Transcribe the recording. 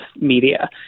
media